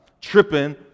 tripping